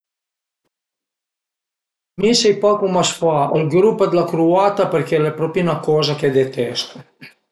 Mi sai pa cum a s'fa ël grup d'la cruata perché l'e propi na coza che detestu